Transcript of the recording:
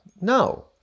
no